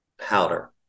powder